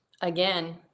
again